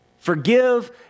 Forgive